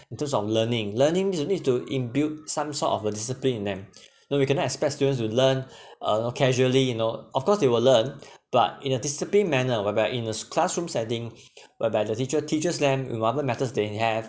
in terms of learning learning this is this is to imbued some sort of a discipline in them you know you cannot expects students to learn uh uh casually you know of course they will learn but in a disciplined manner whereby in a classroom setting whereby the teacher teaches them with what ever methods they have